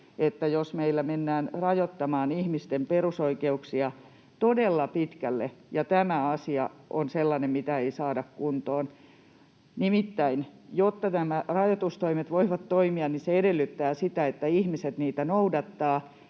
se, jos meillä mennään rajoittamaan ihmisten perusoikeuksia todella pitkälle ja jos tämä asia on sellainen, mitä ei saada kuntoon. Nimittäin, jotta nämä rajoitustoimet voivat toimia, se edellyttää sitä, että ihmiset niitä noudattavat.